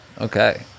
Okay